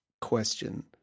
question